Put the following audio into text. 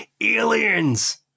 aliens